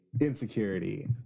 insecurity